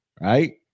right